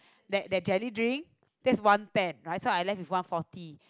that that jelly drink that's one ten right so I left with one fourty